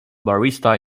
barista